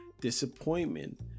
Disappointment